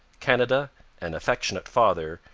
canada an affectionate father,